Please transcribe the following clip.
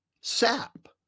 sap